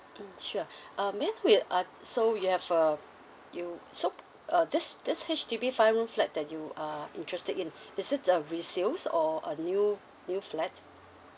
mm sure uh may I know you are so you have a you so uh this this H_D_B five room flat that you are interested in is it a resales or a new new flat